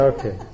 Okay